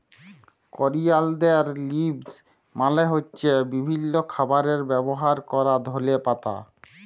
করিয়ালদের লিভস মালে হ্য়চ্ছে বিভিল্য খাবারে ব্যবহার ক্যরা ধলে পাতা